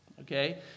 okay